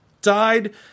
died